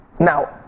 Now